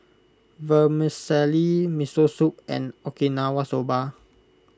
Vermicelli Miso Soup and Okinawa Soba